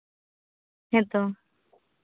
ᱦᱮᱸ ᱛᱚ